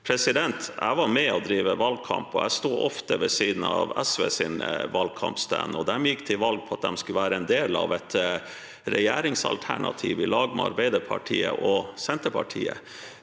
Jeg var med og drev valgkamp, og jeg sto ofte ved siden av SVs valgkamp-stand. De gikk til valg på at de skulle være en del av et regjeringsalternativ sammen med Arbeiderpartiet og Senterpartiet.